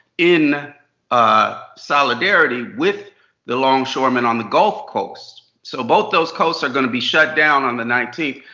in ah solidarity with the longshoremen on the gulf coast. so both those coasts are gonna be shut down on the nineteenth.